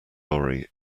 lorry